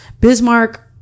Bismarck